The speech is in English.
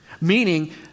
Meaning